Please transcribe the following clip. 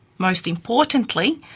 most importantly,